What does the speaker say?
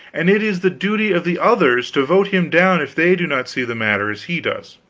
and it is the duty of the others to vote him down if they do not see the matter as he does.